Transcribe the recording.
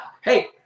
Hey